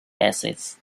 essays